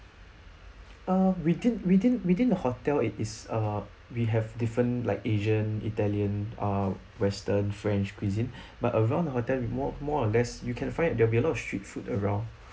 uh within within within the hotel it is uh we have different like asian italian uh western french cuisine but around the hotel with more more or less you can find there will be a lot of street food around